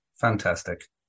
Fantastic